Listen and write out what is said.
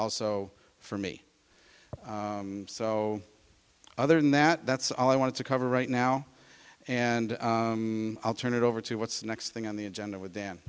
also for me so other than that that's all i wanted to cover right now and i'll turn it over to what's the next thing on the agenda with